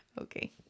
Okay